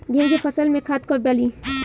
गेहूं के फसल में खाद कब डाली?